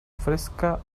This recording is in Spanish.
fresca